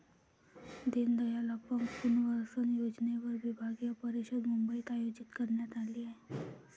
दीनदयाल अपंग पुनर्वसन योजनेवर विभागीय परिषद मुंबईत आयोजित करण्यात आली आहे